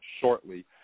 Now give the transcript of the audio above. shortly